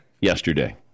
yesterday